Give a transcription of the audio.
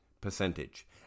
percentage